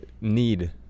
need